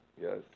Yes